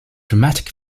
dramatic